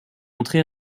entrée